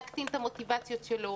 להקטין את המוטיבציות שלו,